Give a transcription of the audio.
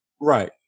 Right